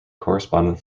correspondent